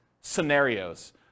scenarios